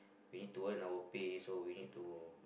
we need to earn our pay so we need to